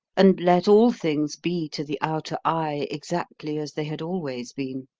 and let all things be to the outer eye exactly as they had always been?